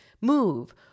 move